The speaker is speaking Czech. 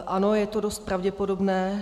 Ano, je to dost pravděpodobné.